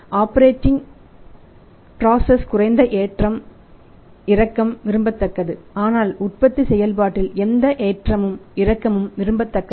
operating process குறைந்த ஏற்ற இறக்கம் விரும்பத்தக்கது ஆனால் உற்பத்தி செயல்பாட்டில் எந்த ஏற்றமும் இறக்கமும் விரும்பத்தக்கதல்ல